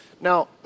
Now